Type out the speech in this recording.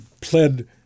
pled